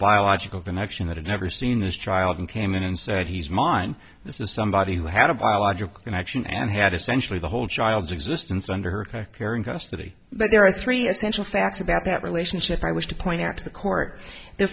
biological connection that had never seen this child and came in and said he's mine this is somebody who had a biological connection and had essentially the whole child's existence under her care and custody but there are three essential facts about that relationship i wish to point out to the court the